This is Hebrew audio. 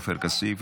עופר כסיף,